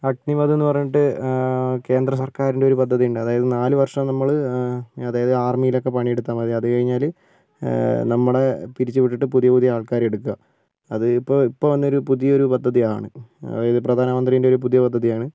അഗ്നിപഥ് എന്നു പറഞ്ഞിട്ട് കേന്ദ്രസർക്കാരിൻ്റെ ഒരു പദ്ധതിയുണ്ട് അതായത് നാല് വർഷം നമ്മൾ അതായത് ആർമിയിലൊക്കെ പണിയെടുത്താൽ മതി അതു കഴിഞ്ഞാൽ നമ്മളെ പിരിച്ചുവിട്ടിട്ട് പുതിയ പുതിയ ആൾക്കാരെ എടുക്കുക അത് ഇപ്പോൾ ഇപ്പോൾ വന്നൊരു പുതിയൊരു പദ്ധതിയാണ് അതായത് പ്രധാന മന്ത്രീൻ്റെ ഒരു പുതിയ പദ്ധതിയാണ്